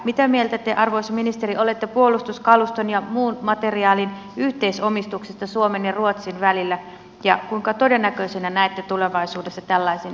mitä mieltä te arvoisa ministeri olette puolustuskaluston ja muun materiaalin yhteisomistuksesta suomen ja ruotsin välillä ja kuinka todennäköisenä näette tulevaisuudessa tällaisen yhteisomistuksen